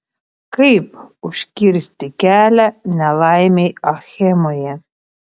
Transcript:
kaip užkirsti kelią nelaimei achemoje